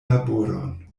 laboron